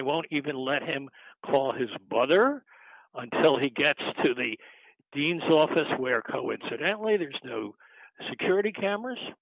they won't even let him call his brother until he gets to the dean's office where coincidentally there is no security cameras